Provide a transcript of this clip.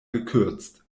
gekürzt